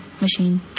machine